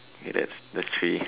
K that's that's three